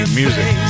music